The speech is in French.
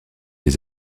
des